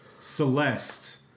Celeste